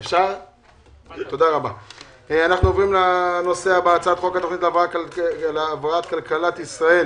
אנחנו עוברים לנושא הבא: הצעת חוק התוכנית להבראת כלכלת ישראל